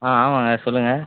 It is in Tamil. ஆ ஆமாங்க சொல்லுங்கள்